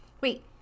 Wait